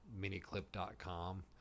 miniclip.com